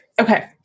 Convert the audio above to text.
Okay